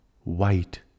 white